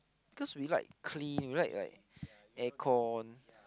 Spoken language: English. because we like clean we like like air con